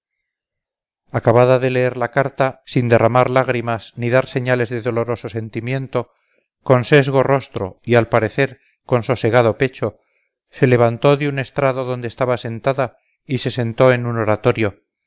acabada de leer la carta sin derramar lágrimas ni dar señales de doloroso sentimiento con sesgo rostro y al parecer con sosegado pecho se levantó de un estrado donde estaba sentada y se entró en un oratorio